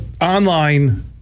online